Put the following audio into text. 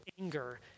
anger